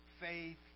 faith